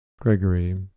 Gregory